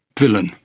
villain,